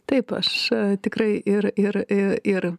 taip aš tikrai ir ir ir